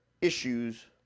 issues